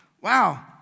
wow